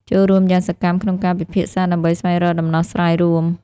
ចូលរួមយ៉ាងសកម្មក្នុងការពិភាក្សាដើម្បីស្វែងរកដំណោះស្រាយរួម។